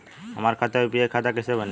हमार खाता यू.पी.आई खाता कईसे बनी?